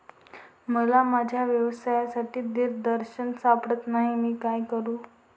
मला माझ्या व्यवसायासाठी दिग्दर्शक सापडत नाही मी काय करू?